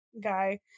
guy